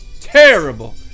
Terrible